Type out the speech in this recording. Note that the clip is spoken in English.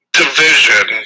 division